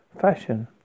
fashion